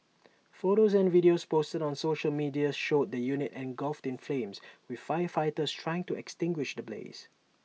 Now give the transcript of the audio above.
photos and videos posted on social media showed the unit engulfed in flames with firefighters trying to extinguish the blaze